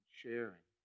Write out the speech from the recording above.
sharing